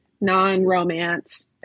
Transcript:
non-romance